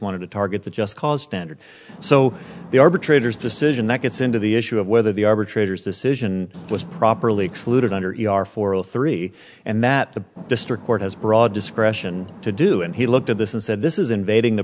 wanted to target the just cause standard so the arbitrator's decision that gets into the issue of whether the arbitrator's decision was properly excluded under our for all three and that the district court has broad discretion to do and he looked at this and said this is invading the